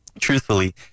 truthfully